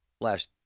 last